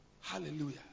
Hallelujah